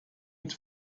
mit